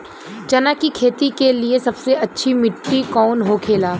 चना की खेती के लिए सबसे अच्छी मिट्टी कौन होखे ला?